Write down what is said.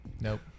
Nope